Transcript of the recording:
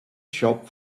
shop